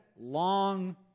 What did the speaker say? long